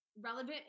relevant